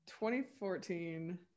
2014